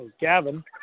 Gavin